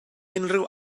unrhyw